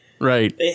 right